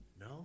No